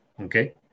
okay